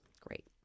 Great